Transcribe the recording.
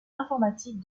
informatique